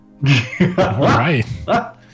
Right